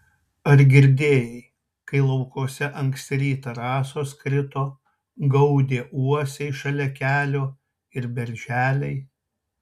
ar girdėjai kai laukuose anksti rytą rasos krito gaudė uosiai šalia kelio ir berželiai